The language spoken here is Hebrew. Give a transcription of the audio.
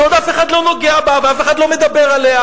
שעוד אף אחד לא נוגע בה ואף אחד לא מדבר עליה,